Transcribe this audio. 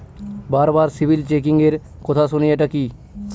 বারবার সিবিল চেকিংএর কথা শুনি এটা কি?